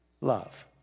love